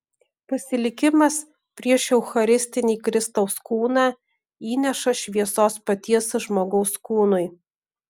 pasilikimas prieš eucharistinį kristaus kūną įneša šviesos paties žmogaus kūnui